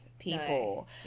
people